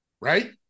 right